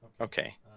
Okay